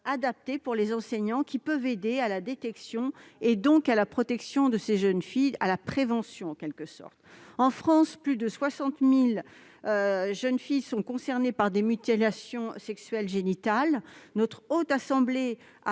adaptée des enseignants qui peuvent aider à la détection et, donc, à la protection des jeunes filles, et faire en quelque sorte de la prévention. En France, plus de 60 000 jeunes filles sont concernées par des mutilations sexuelles génitales. Notre Haute Assemblée a